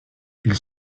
ils